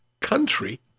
country